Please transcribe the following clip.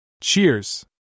Cheers